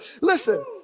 listen